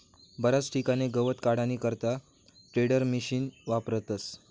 बराच ठिकाणे गवत काढानी करता टेडरमिशिन वापरतस